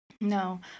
No